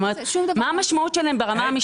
מה המשמעות שלהן ברמה המשפטית?